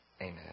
Amen